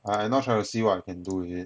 ah I now trying to see what I can do again